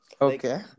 Okay